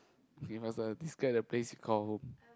can you faster describe the place you call home